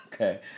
okay